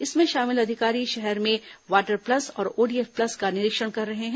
इसमें शामिल अधिकारी शहर में वाटर प्लस और ओडीएफ प्लस का निरीक्षण कर रहे हैं